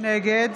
נגד